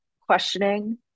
questioning